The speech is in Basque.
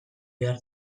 behar